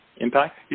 impact